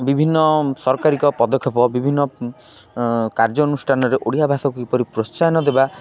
ବିଭିନ୍ନ ସରକାରୀକ ପଦକ୍ଷେପ ବିଭିନ୍ନ କାର୍ଯ୍ୟ ଅନୁଷ୍ଠାନରେ ଓଡ଼ିଆ ଭାଷାକୁ କିପରି ପ୍ରୋତ୍ସାହନ ଦେବା